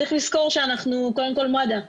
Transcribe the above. צריך לזכור שאנחנו קודם כל מד"א.